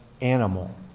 animal